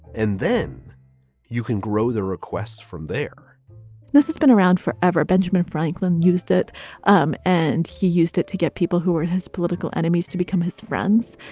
and then you can grow the requests from there this has been around forever. benjamin franklin used it um and he used it to get people who were his political enemies to become his friends.